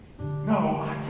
No